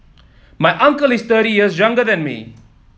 my uncle is thirty years younger than me